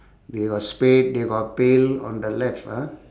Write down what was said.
they got spade they got pail on the left ah